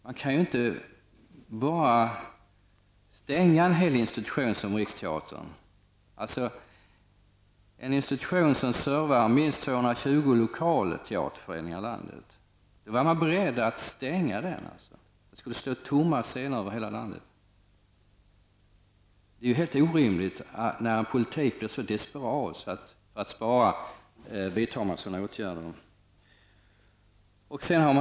Man kan ju inte bara stänga en hel institution som Riksteatern, en institution som servar minst 220 lokalteaterföreningar i landet. Man var alltså beredd att stänga den. Det skulle stå tomma scener över hela landet. Det är ju helt orimligt att man för en så desperat politik och vidtar sådana åtgärder för att spara.